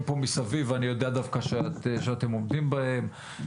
פה מסביב ואני יודע דווקא שאתם עומדים בהם,